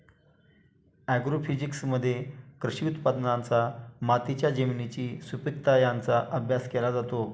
ॲग्रोफिजिक्समध्ये कृषी उत्पादनांचा मातीच्या जमिनीची सुपीकता यांचा अभ्यास केला जातो